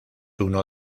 uno